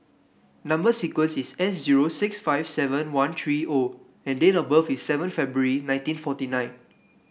number sequence is S zero six five seven one three O and date of birth is seven February nineteen forty nine